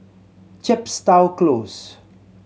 Chepstow Close